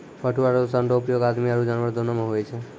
पटुआ रो सन रो उपयोग आदमी आरु जानवर दोनो मे हुवै छै